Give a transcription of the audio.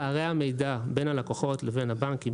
פערי המידע בין הלקוחות לבין הבנקים,